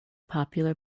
popular